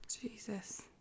Jesus